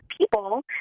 people